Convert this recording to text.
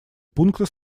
пункта